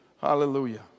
Hallelujah